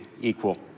equal